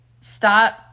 stop